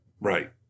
Right